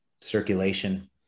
circulation